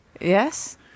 yes